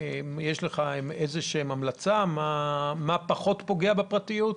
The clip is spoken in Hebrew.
יש לך המלצה כלשהי מה פחות פוגע בפרטיות?